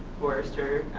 forester,